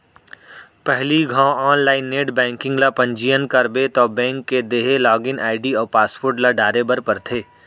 पहिली घौं online net banking ल पंजीयन करबे तौ बेंक के देहे लागिन आईडी अउ पासवर्ड ल डारे बर परथे